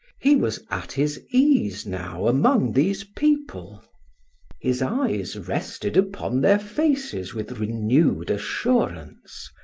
he was at his ease now among these people his eyes rested upon their faces with renewed assurance,